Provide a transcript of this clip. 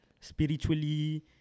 spiritually